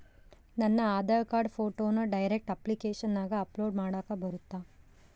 ನನ್ನ ಆಧಾರ್ ಕಾರ್ಡ್ ಫೋಟೋನ ಡೈರೆಕ್ಟ್ ಅಪ್ಲಿಕೇಶನಗ ಅಪ್ಲೋಡ್ ಮಾಡಾಕ ಬರುತ್ತಾ?